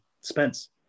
Spence